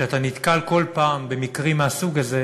כשאתה נתקל כל פעם במקרים מהסוג הזה